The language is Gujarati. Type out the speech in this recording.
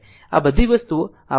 આ બધી વસ્તુઓ આપણે તે કરવાના છે